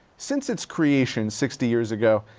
since its creation sixty years ago,